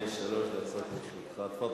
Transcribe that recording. תפאדל.